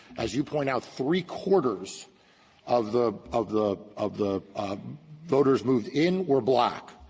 as you point out, three-quarters of the of the of the voters moved in were black,